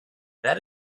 that